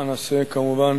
אנסה כמובן